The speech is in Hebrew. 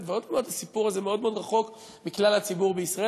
והסיפור הזה מאוד מאוד רחוק מכלל הציבור בישראל,